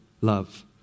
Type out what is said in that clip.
love